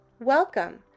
Welcome